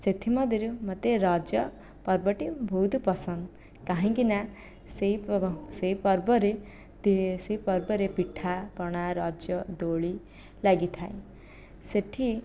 ସେଥିମଧ୍ୟରୁ ମୋତେ ରଜ ପର୍ବଟି ବହୁତ ପସନ୍ଦ କାହିଁକିନା ସେହି ସେହି ପର୍ବରେ ସେହି ପର୍ବରେ ପିଠାପଣା ରଜଦୋଳି ଲାଗିଥାଏ ସେଠି